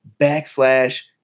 backslash